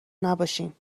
نباشین